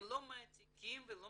הם לא מעתיקים ולא